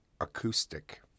acoustic